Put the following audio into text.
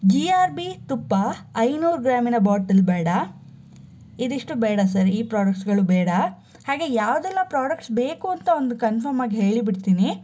G R B ತುಪ್ಪ ಐನೂರು ಗ್ರಾಮಿನ ಬಾಟಲ್ ಬೇಡ ಇದಿಷ್ಟು ಬೇಡ ಸರ್ ಈ ಪ್ರಾಡಕ್ಟ್ಸ್ಗಳು ಬೇಡ ಹಾಗೆ ಯಾವುದೆಲ್ಲ ಪ್ರಾಡಕ್ಟ್ಸ್ ಬೇಕು ಅಂತ ಒಂದು ಕನ್ಫರ್ಮ್ ಆಗಿ ಹೇಳಿಬಿಡ್ತೀನಿ